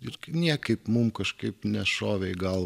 ir niekaip mum kažkaip nešovė į galvą